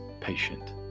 patient